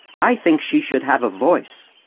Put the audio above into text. i think she should have a voice.